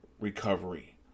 recovery